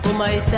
my